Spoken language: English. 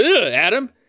Adam